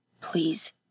please